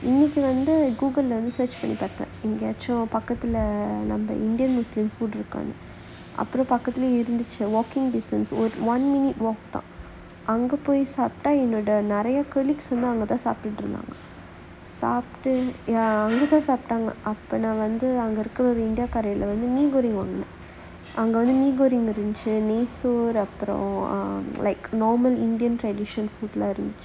இன்னைக்கு வந்து:innaikku vanthu Google search பண்ணி பாத்தேன் எங்கயாச்சும் பக்கத்துல:panni paathaen engayaachum pakkathula indian muslim food இருக்கான்னு அப்புறம் பக்கத்துலையே இருந்துச்சு:irukkaannu appuram pakkathulaiyae irunthuchu walking distance one minute walk அங்க போய் சாப்பிட்டா என்னோட நிறையா:anga poi saappittaa ennoda nirayaa collegues வந்து அங்க தான் சாப்பிட்டு இருந்தாங்க சாப்ட்டு:vanthu anga thaan saappittu irunthaanga saappttu ya அங்க தான் சாப்டாங்க அப்ப நான் வந்து அங்க இருக்குற:anga thaan saapptaanga appe naan vanthu anga irukkura india கடைல:kadaila mee goreng வாங்குனேன் அங்க வந்து:vaangunaen anga vanthu mee goreng இருந்துச்சு நெய் சோறு அப்புறம்:irunthuchu nei soru appuram like normal indian traditional food